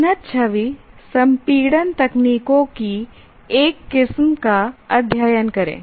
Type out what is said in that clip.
उन्नत छवि संपीड़न तकनीकों की एक किस्म का अध्ययन करें